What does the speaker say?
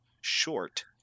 short